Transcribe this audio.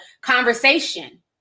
conversation